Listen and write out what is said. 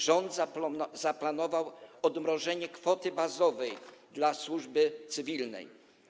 Rząd zaplanował odmrożenie kwoty bazowej dla służby cywilnej.